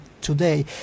today